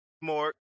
more